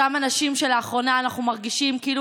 אותם אנשים שלאחרונה אנחנו מרגישים כאילו